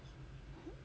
mm